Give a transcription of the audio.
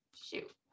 shoot